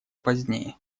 позднее